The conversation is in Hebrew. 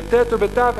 בטי"ת ובתי"ו,